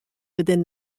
within